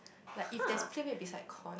like if there's PlayMade beside Koi